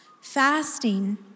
Fasting